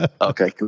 Okay